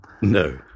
No